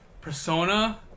Persona